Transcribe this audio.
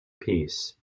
peace